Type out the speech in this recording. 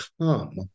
come